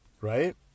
right